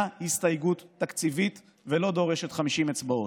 הסתייגות תקציבית ולא דורשת 50 אצבעות.